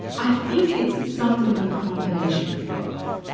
i think it's something of a combination of both.